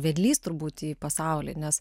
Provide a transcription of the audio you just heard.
vedlys turbūt į pasaulį nes